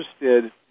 interested